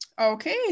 Okay